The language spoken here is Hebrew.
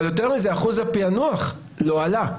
אבל יותר מזה, אחוז הפענוח לא עלה.